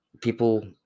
People